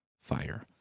fire